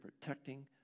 protecting